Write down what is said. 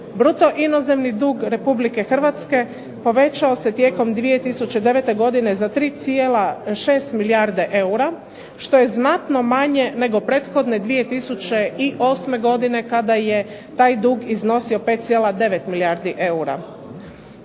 Bruto inozemni dug Republike Hrvatske povećao se tijekom 2009. godine za 3,6 milijarde eura što je znatno manje nego prethodne 2008. godine kada je taj dug iznosio 5,9 milijardi eura.